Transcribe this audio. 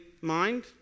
mind